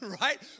right